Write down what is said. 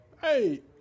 Hey